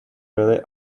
really